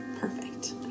perfect